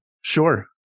Sure